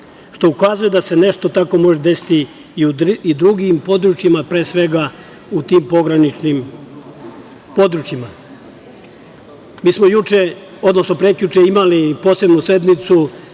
što ukazuje da se nešto tako može desiti i u drugim područjima, pre svega u tim pograničnim područjima. Mi smo juče, odnosno prekjuče imali posebnu sednicu